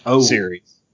series